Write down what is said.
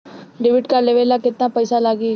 Debit card लेवे ला केतना पईसा लागी?